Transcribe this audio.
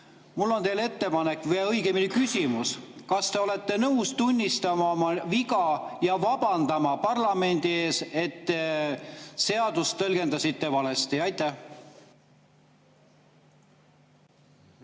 Mul on teile ettepanek või õigemini küsimus: kas te olete nõus tunnistama oma viga ja vabandama parlamendi ees, et tõlgendasite seadust valesti? Aitäh!